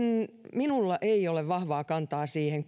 minulla ei ole vahvaa kantaa siihen